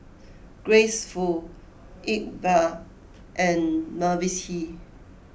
Grace Fu Iqbal and Mavis Hee